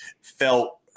felt